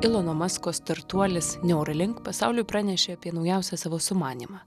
ilono masko startuolis neuralink pasauliui pranešė apie naujausią savo sumanymą